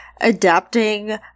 adapting